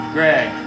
Greg